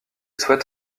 souhaite